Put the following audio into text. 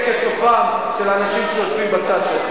סופך יהיה כסופם של האנשים שיושבים בצד שלך.